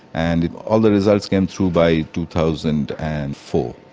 and all the results came through by two thousand and four.